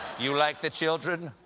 you like the children?